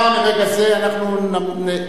מרגע זה אנחנו נמשיך.